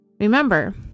Remember